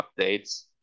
updates